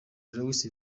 louis